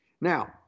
Now